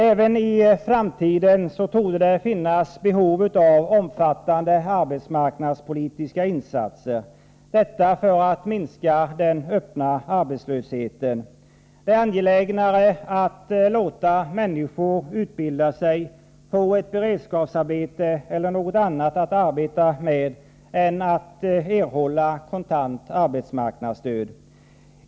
Även i framtiden torde det komma att finnas behov av omfattande arbetsmarknadspolitiska insatser som syftar till att minska den öppna arbetslösheten. Det är angelägnare att människor får utbilda sig, får ett beredskapsarbete eller något annat att syssla med än att de bara erhåller kontant arbetsmarknadsstöd.